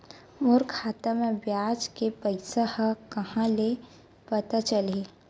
मोर खाता म ब्याज के पईसा ह कहां ले पता चलही?